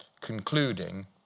concluding